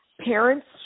parents